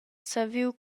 saviu